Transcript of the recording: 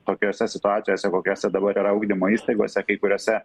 tokiose situacijose kokiose dabar yra ugdymo įstaigose kai kuriuose